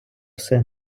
все